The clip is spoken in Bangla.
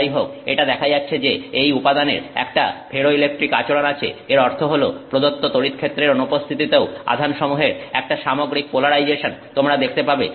যাইহোক এটা দেখা যাচ্ছে যে এই উপাদানের একটা ফেরোইলেকট্রিক আচরণ আছে এর অর্থ হলো প্রদত্ত তড়িৎক্ষেত্রের অনুপস্থিতিতেও আধান সমূহের একটা সামগ্রিক পোলারাইজেশন তোমরা দেখতে পাবে